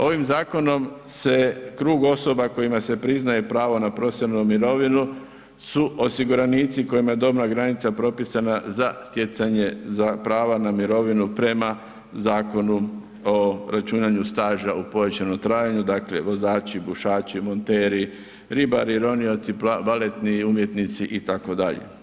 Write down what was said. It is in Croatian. Ovim zakonom se krug osoba kojima se priznaje pravo na profesionalnu mirovinu su osiguranici kojima je dobna granica propisana za stjecanje prava na mirovinu prema Zakonu o računanju staža u povećanom trajanju dakle vozači, bušači, monteri, ribari, ronioci, baletni umjetnici itd.